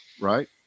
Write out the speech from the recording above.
right